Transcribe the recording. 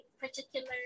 particular